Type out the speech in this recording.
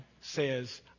says